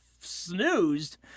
Snoozed